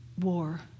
war